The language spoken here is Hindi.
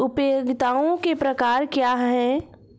उपयोगिताओं के प्रकार क्या हैं?